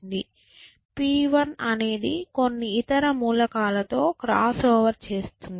P1 అనేది కొన్ని ఇతర మూలకాలతో క్రాస్ ఓవర్ చేస్తుంది